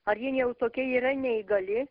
ar ji jau tokia yra neįgali